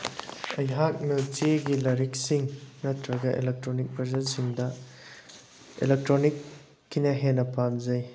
ꯑꯩꯍꯥꯛꯅ ꯆꯦꯒꯤ ꯂꯥꯏꯔꯤꯛꯁꯤꯡ ꯅꯠꯇ꯭ꯔꯒ ꯏꯂꯦꯛꯇ꯭ꯔꯣꯅꯤꯛ ꯚꯔꯖꯟꯁꯤꯡꯗ ꯏꯂꯦꯛꯇ꯭ꯔꯣꯅꯤꯛꯀꯤꯅ ꯍꯦꯟꯅ ꯄꯥꯝꯖꯩ